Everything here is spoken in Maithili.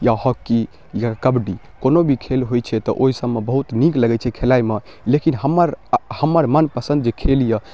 या हॉकी या कबड्डी कोनो भी खेल होइ छै तऽ ओहिसबमे बहुत नीक लगै छै खेलाइमे लेकिन हमर हमर मनपसन्द जे खेल अइ